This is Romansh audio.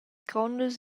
grondas